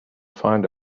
find